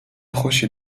خوشی